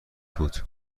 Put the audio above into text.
بود